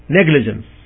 negligence